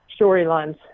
storylines